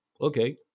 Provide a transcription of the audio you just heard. okay